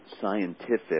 scientific